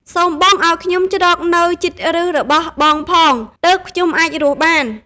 សូមបងឲ្យខ្ញុំជ្រកនៅជិតប្ញសរបស់បងផង ទើបខ្ញុំអាចរស់បាន!